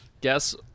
Guess